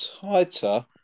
tighter